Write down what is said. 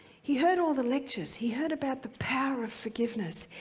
he heard all the lectures. he heard about the power of forgiveness.